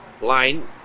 line